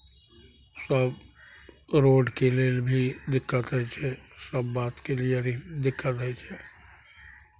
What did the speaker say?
सभ रोडके लेल भी दिक्कत होइ छै सभ बातके लिए भी दिक्कत होइ छै